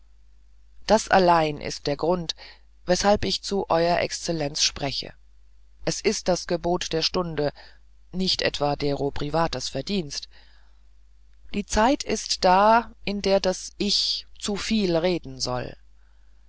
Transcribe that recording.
das allein ist der grund weshalb ich zu euer exzellenz spreche es ist das gebot der stunde nicht etwa dero privates verdienst die zeit ist da in der das ich zu vielen reden soll